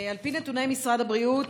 על פי נתוני משרד הבריאות,